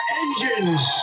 engines